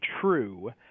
true